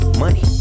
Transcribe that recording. money